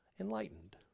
enlightened